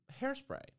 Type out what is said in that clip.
hairspray